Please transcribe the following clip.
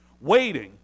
waiting